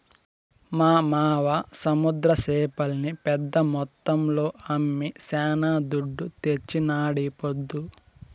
మా మావ సముద్ర చేపల్ని పెద్ద మొత్తంలో అమ్మి శానా దుడ్డు తెచ్చినాడీపొద్దు